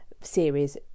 series